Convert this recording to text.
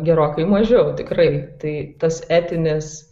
gerokai mažiau tikrai tai tas etinis